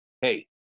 hey